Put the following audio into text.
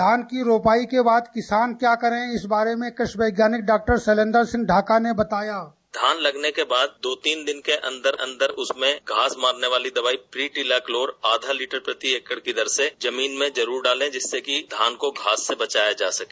धान की रोपाई के बाद किसान क्या करें इस बारे में कृषि वैज्ञानिक डॉ शैलेंद्र सिंह ढाका ने बताया धान लगाने के बाद दो तीन दिन के अंदर अंदर उसमें घास मारने वाली दवाई ट्री ट्रीला क्लोर आधा लीटर प्रति एकड़ की दर से जमीन में जरूर डालें जिससे कि धान को घास से बचाया जा सके